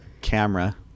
camera